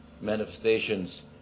manifestations